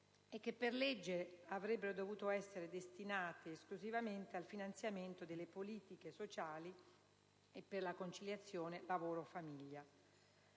e che per legge avrebbero dovuto essere destinati esclusivamente al finanziamento delle politiche sociali e per la conciliazione lavoro‑famiglia.